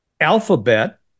Alphabet